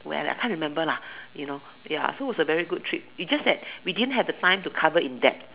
well I can't remember lah you know ya so was a very good trip it just that we didn't have the time to cover in depth